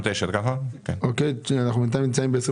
בינתיים אנחנו נמצאים ב-23.